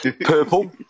purple